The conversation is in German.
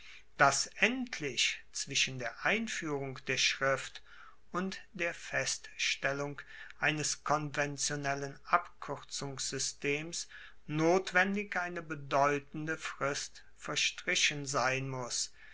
dass endlich zwischen der einfuehrung der schrift und der feststellung eines konventionellen abkuerzungssystems notwendig eine bedeutende frist verstrichen sein muss